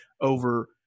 over